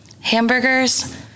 hamburgers